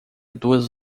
duas